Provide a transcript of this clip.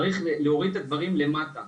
צריך להוריד את הדברים למטה.